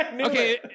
Okay